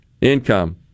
income